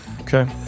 Okay